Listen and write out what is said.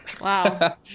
Wow